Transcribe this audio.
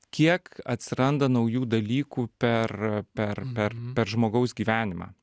kiek atsiranda naujų dalykų per per per per žmogaus gyvenimą